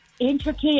Intricate